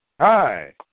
Hi